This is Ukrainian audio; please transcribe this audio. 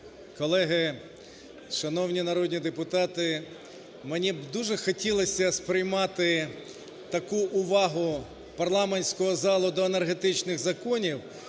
колеги, шановні народні депутати! Мені б дуже хотілося сприймати таку увагу парламентського залу до енергетичних законів